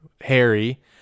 Harry